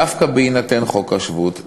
דווקא בהינתן חוק השבות,